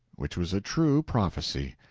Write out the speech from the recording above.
which was a true prophecy.